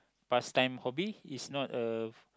past time hobby is not a